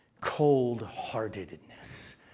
cold-heartedness